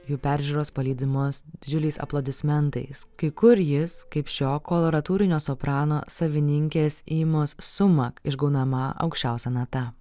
jų peržiūros palydimos didžiuliais aplodismentais kai kur jis kaip šio koloratūrinio soprano savininkės eimos suma išgaunama aukščiausia nata